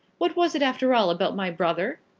what was it after all about my brother?